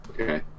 Okay